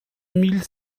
mille